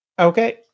Okay